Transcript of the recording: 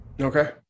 Okay